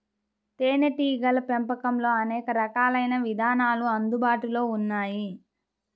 తేనీటీగల పెంపకంలో అనేక రకాలైన విధానాలు అందుబాటులో ఉన్నాయి